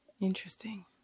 Interesting